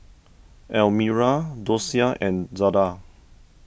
Almira Dosia and Zada